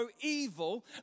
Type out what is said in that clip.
evil